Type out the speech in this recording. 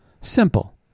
Simple